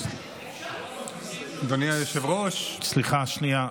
אדוני היושב-ראש, סליחה, שנייה,